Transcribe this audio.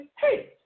Hey